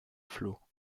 flot